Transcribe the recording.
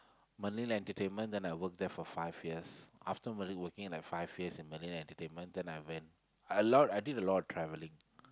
Merlin Entertainment then I work there for five years after Merlin working at there for five years at Merlin Entertainment then I went I a lot I did a lot of travelling